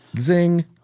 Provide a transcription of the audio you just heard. Zing